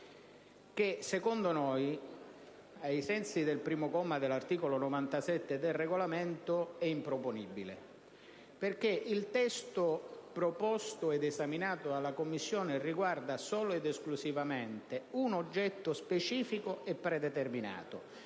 che secondo noi, ai sensi del primo comma dell'articolo 97 del Regolamento, è improponibile. Infatti il testo esaminato dalla Commissione riguarda solo ed esclusivamente un oggetto specifico e predeterminato: